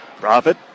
Profit